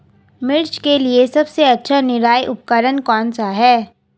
मिर्च के लिए सबसे अच्छा निराई उपकरण कौनसा है?